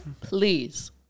please